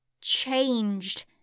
changed